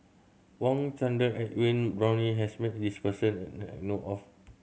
Wang Chunde Edwin Brown has met this person I know of